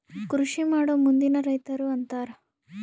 ಕೃಷಿಮಾಡೊ ಮಂದಿನ ರೈತರು ಅಂತಾರ